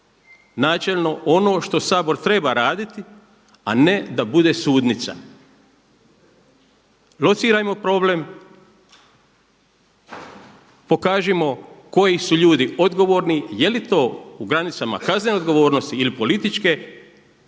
načelno ono što Sabor treba raditi, a ne da bude sudnica. Locirajmo problem, pokažimo koji su ljudi odgovorni, jeli to u granicama kaznene odgovornosti ili političke,